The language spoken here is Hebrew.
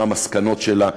מה המסקנות שלה,